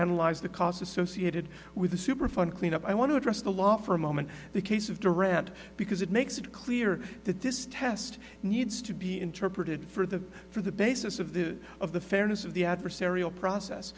analyze the costs associated with the superfund cleanup i want to address the law for a moment the case of to read because it makes it clear that this test needs to be interpreted for the for the basis of the of the fairness of the adversarial process